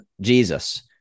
Jesus